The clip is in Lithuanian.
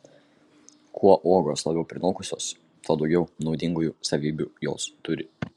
kuo uogos labiau prinokusios tuo daugiau naudingųjų savybių jos turi